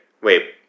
wait